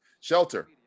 Shelter